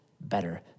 better